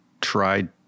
tried